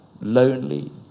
lonely